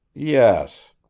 yes,